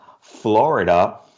Florida